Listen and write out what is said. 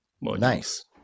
Nice